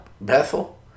Bethel